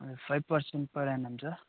five percent per annum छ